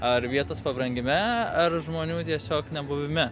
ar vietos pabrangime ar žmonių tiesiog nebuvime